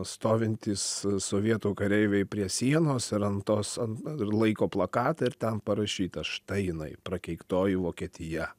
stovintys sovietų kareiviai prie sienos ir ant tos a ir laiko plakatą ir ten parašyta štai jinai prakeiktoji vokietija